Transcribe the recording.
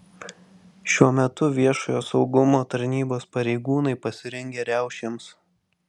šiuo metu viešojo saugumo tarnybos pareigūnai pasirengę riaušėms